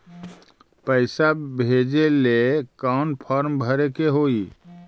पैसा भेजे लेल कौन फार्म भरे के होई?